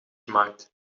gemaakt